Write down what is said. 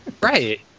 Right